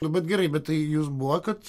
nu bet gerai bet tai jūs buvo kad